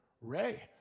Ray